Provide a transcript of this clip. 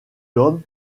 l’homme